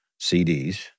CDs